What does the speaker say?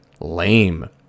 lame